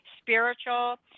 spiritual